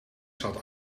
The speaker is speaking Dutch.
zat